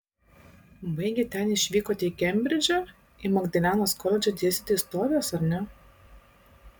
baigę ten išvykote į kembridžą į magdalenos koledžą dėstyti istorijos ar ne